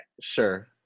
Sure